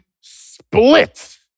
split